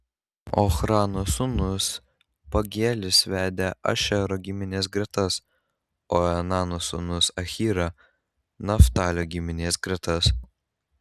ochrano sūnus pagielis vedė ašero giminės gretas o enano sūnus ahyra naftalio giminės gretas